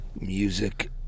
music